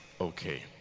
Okay